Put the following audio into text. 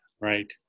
Right